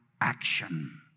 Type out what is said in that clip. action